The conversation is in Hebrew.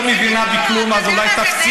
את לא מבינה בכלום, אז אולי תפסיקי?